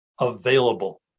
available